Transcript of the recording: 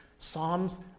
Psalms